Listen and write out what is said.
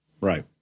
Right